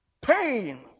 pain